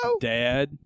Dad